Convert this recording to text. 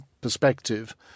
perspective